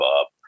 up